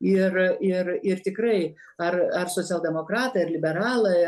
ir ir ir tikrai ar ar socialdemokratai ar liberalai